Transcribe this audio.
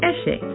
Eshe